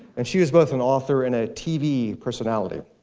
and she was both an author and a t v. personality.